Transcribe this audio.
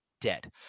dead